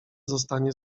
zostanie